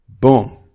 Boom